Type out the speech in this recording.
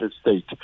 state